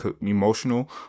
emotional